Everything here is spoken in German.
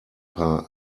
paar